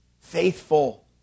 faithful